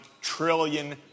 trillion